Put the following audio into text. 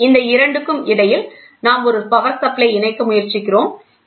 எனவே இந்த 2 க்கு இடையில் நாம் ஒரு பவர் சப்ளை இணைக்க முயற்சிக்கிறோம்